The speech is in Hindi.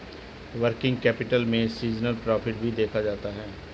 वर्किंग कैपिटल में सीजनल प्रॉफिट भी देखा जाता है